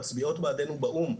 מצביעות בעדינו באו"ם,